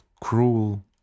cruel